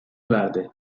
verdi